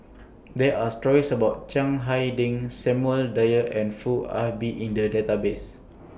There Are stories about Chiang Hai Ding Samuel Dyer and Foo Ah Bee in The Database